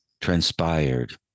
transpired